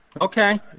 Okay